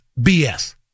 BS